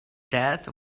death